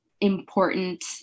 important